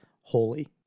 holy